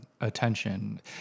attention